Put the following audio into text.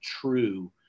true